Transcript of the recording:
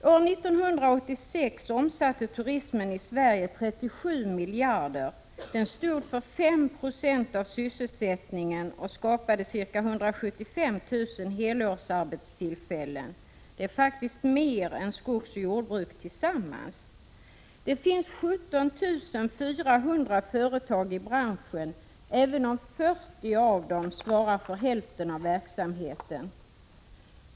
År 1986 omsatte turismen i Sverige 37 miljarder. Den stod för 5 96 av sysselsättningen och skapade ca 175 000 helårsarbetstillfällen — det är faktiskt mer än skogsoch jordbruket tillsammans. Det finns 17 400 företag i branschen, även om 40 av dem svarar för hälften av verksamheten.